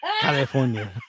California